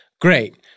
Great